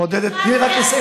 שמעודדת, תני רק לסיים.